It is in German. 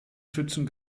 schützen